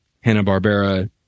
Hanna-Barbera